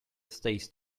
stays